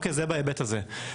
זה בהיבט הזה.